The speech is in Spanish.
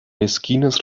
esquinas